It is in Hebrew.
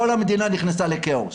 כל המדינה נכנסה לכאוס.